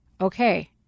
okay